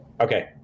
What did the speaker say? Okay